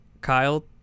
Kyle